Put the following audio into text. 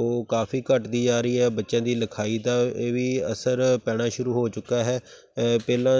ਉਹ ਕਾਫੀ ਘਟਦੀ ਆ ਰਹੀ ਹੈ ਬੱਚਿਆਂ ਦੀ ਲਿਖਾਈ ਦਾ ਇਹ ਵੀ ਅਸਰ ਪੈਣਾ ਸ਼ੁਰੂ ਹੋ ਚੁੱਕਾ ਹੈ ਪਹਿਲਾਂ